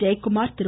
Jayakumar Thiru